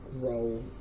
grow